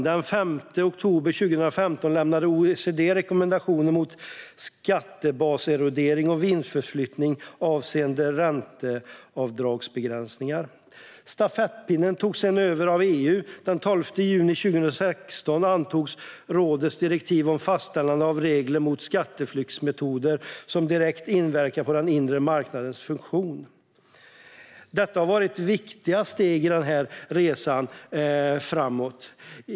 Den 5 oktober 2015 lämnade OECD rekommendationer mot skattebaserodering och vinstförflyttning avseende ränteavdragsbegränsningar. Stafettpinnen togs därefter över av EU. Den 12 juli 2016 antogs rådets direktiv om fastställande av regler mot skatteflyktsmetoder som direkt inverkar på den inre marknadens funktion. Detta har varit viktiga steg i resan framåt.